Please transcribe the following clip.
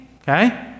Okay